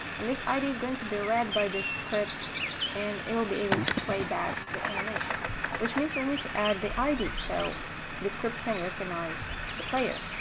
and this id is going to be read by this script and it will be able to play back the animation which means we'll need to add the id, so the script can recognize the player.